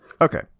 Okay